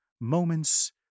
Moments